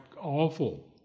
awful